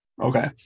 Okay